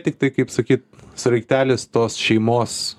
tiktai kaip sakyt sraigtelis tos šeimos